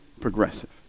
progressive